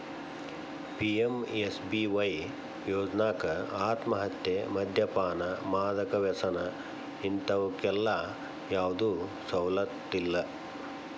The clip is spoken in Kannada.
ಪಿ.ಎಂ.ಎಸ್.ಬಿ.ವಾಯ್ ಯೋಜ್ನಾಕ ಆತ್ಮಹತ್ಯೆ, ಮದ್ಯಪಾನ, ಮಾದಕ ವ್ಯಸನ ಇಂತವಕ್ಕೆಲ್ಲಾ ಯಾವ್ದು ಸವಲತ್ತಿಲ್ಲ